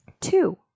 Two